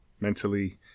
mentally